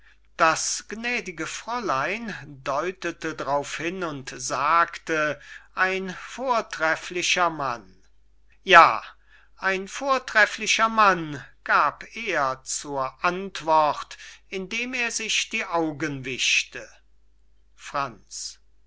das gnädige fräulein deutete drauf hin und sagte ein vortreflicher mann ja ein vortreflicher mann gab er zur antwort indem er sich die augen wischte franz